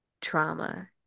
trauma